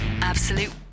absolute